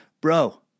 bro